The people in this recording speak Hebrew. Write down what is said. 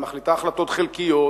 היא מחליטה החלטות חלקיות,